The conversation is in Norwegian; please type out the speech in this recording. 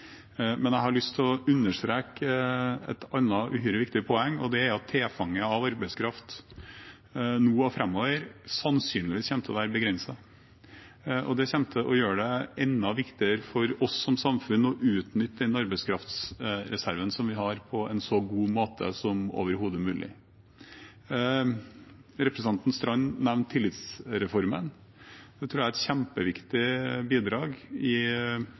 Men jeg har lyst til å understreke et annet, uhyre viktig poeng, og det er at tilfanget av arbeidskraft nå og framover sannsynligvis kommer til å være begrenset. Det kommer til å gjøre det enda viktigere for oss som samfunn å utnytte den arbeidskraftreserven som vi har, på en så god måte som overhodet mulig. Representanten Strand nevnte tillitsreformen. Det tror jeg er et kjempeviktig bidrag i